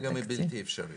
למה זה בלתי אפשרי?